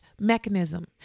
mechanism